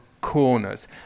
corners